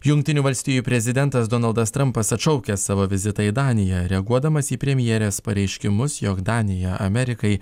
jungtinių valstijų prezidentas donaldas trampas atšaukia savo vizitą į daniją reaguodamas į premjerės pareiškimus jog danija amerikai